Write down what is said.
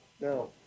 No